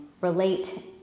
relate